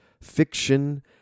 fiction